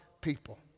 people